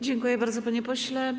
Dziękuję bardzo, panie pośle.